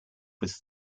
was